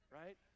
right